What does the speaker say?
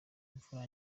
imfura